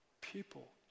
people